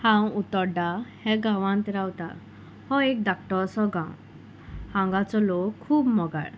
हांव उतोर्ड्डा हे गांवांत रावता हो एक धाकटो असो गांव हांगाचो लोक खूब मोगाळ